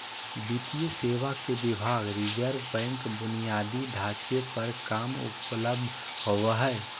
वित्तीय सेवा के विभाग रिज़र्व बैंक बुनियादी ढांचे पर कम उपलब्ध होबो हइ